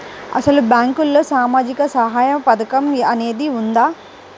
అసలు బ్యాంక్లో సామాజిక సహాయం పథకం అనేది వున్నదా?